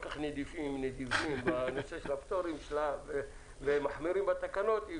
כך נדיבים בנושא של הפטורים ומחמירים בתקנות,